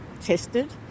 tested